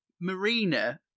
marina